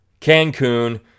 Cancun